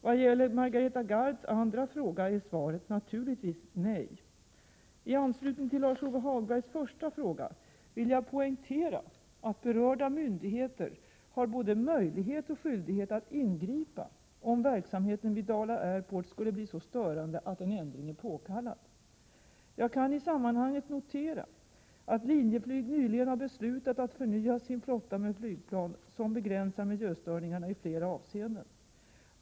Vad gäller Margareta Gards andra fråga är svaret naturligtvis nej. I anslutning till Lars-Ove Hagbergs första fråga vill jag poängtera att berörda myndigheter har både möjlighet och skyldighet att ingripa om verksamheten vid Dala Airport skulle bli så störande att en ändring är påkallad. Jag kan i sammanhanget notera att Linjeflyg nyligen har beslutat att förnya sin flotta med flygplan som begränsar miljöstörningarna i flera avseenden.